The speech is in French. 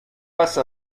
face